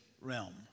realm